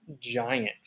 giant